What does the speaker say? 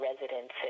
residences